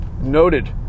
Noted